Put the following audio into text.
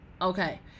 okay